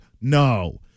no